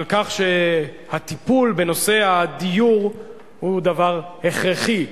על כך שהטיפול בנושא הדיור הוא דבר הכרחי,